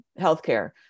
healthcare